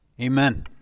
amen